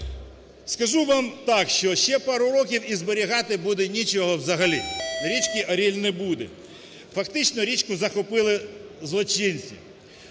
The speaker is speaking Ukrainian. Скажу вам так, що ще пару років, і зберігати буде нічого взагалі, річки Оріль не буде. Фактично річку захопили злочинці,